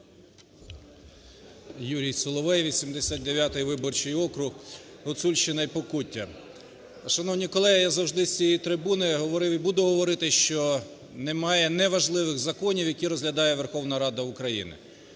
Юрій Соловей, 89 виборчий округ, Гуцульщина і Покуття. Шановні колеги, я завжди з цієї трибуни говорив і буду говорити, що немає неважливих законів, які розглядає Верховна Рада України.